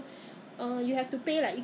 多少钱 ah two two dollars plus ah